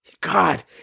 God